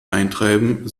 eintreiben